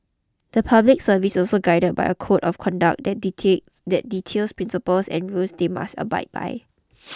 the public service is also guided by a code of conduct that details that details principles and rules they must abide by